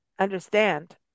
understand